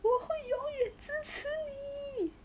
我会永远支持你